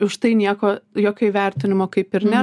už tai nieko jokio įvertinimo kaip ir nėra